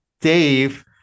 Dave